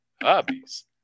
Hobbies